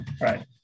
Right